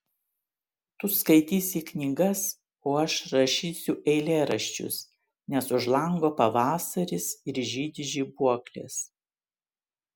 tu skaitysi knygas o aš rašysiu eilėraščius nes už lango pavasaris ir žydi žibuoklės